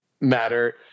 matter